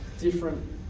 different